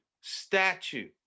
statue